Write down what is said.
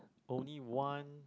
only one